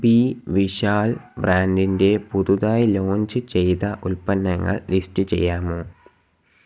B Vishal ബ്രാൻഡിന്റെ പുതുതായി launch ചെയ്ത ഉൽപ്പന്നങ്ങൾ ലിസ്റ്റ് ചെയ്യാമോ